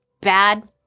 Bad